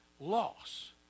loss